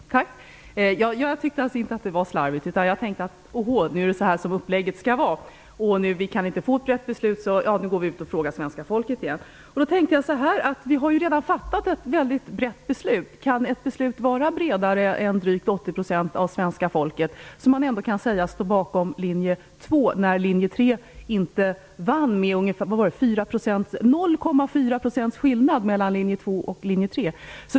Fru talkvinna! Jag tycker inte alls att det var litet slarvigt. Jag tänkte att nu skall upplägget vara att eftersom vi inte kan få ett brett beslut skall vi gå ut och fråga svenska folket igen. Då tänkte jag på att vi redan har fattat ett mycket brett beslut. Kan ett beslut vara bredare än att drygt 80 % av svenska folket, som man ändå kan säga, står bakom linje 2 när linje 3 inte vann. Det var en skillnad på 0,4 % mellan linje 2 och linje 3.